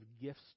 gifts